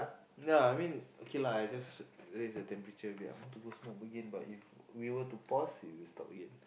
ya I mean okay lah I just raise the temperature a bit I want to go smoke again but if we were to pause it will stop again